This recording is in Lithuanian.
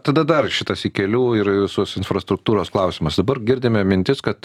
tada dar šitas į kelių ir visos infrastruktūros klausimas dabar girdime mintis kad